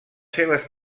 seves